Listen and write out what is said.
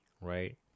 right